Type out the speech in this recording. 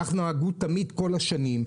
כך נהגו תמיד כל השנים.